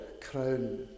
crown